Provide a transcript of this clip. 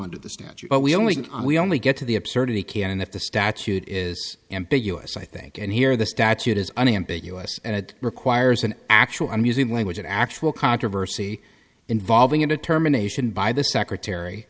under the statute but we only we only get to the absurdity can and if the statute is ambiguous i think and here the statute is unambiguous and it requires an actual amusing language of actual controversy involving a determination by the secretary